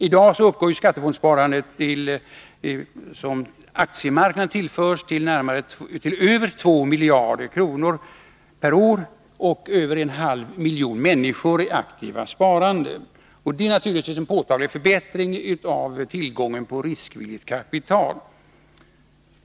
I dag uppgår det skattefondsparande som aktiemarknaden tillförs till över 2 miljarder kronor per år, och mer än en halv miljon människor är aktiva sparare. Det innebär naturligtvis en påtaglig förbättring av tillgången på riskvilligt kapital.